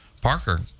Parker